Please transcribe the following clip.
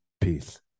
Peace